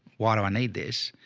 why do i need this?